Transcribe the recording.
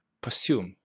pursue